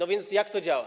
A więc jak to działa?